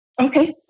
Okay